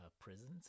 prisons